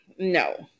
No